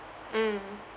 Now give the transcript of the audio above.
mm